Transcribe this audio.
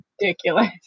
ridiculous